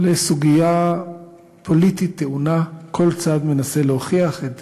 לסוגיה פוליטית טעונה: כל צד מנסה להוכיח את